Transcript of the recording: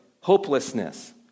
hopelessness